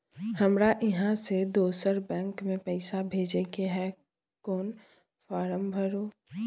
हमरा इहाँ से दोसर बैंक में पैसा भेजय के है, कोन फारम भरू?